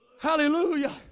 Hallelujah